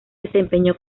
desempeñó